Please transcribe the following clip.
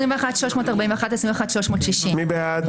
21,521 עד 21,540. מי בעד?